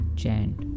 chant